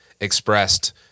expressed